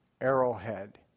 arrowhead